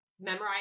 memorize